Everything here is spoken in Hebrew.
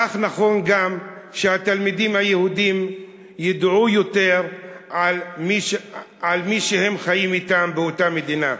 כך נכון שהתלמידים היהודים ידעו יותר על מי שהם חיים אתם באותה מדינה.